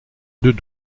deux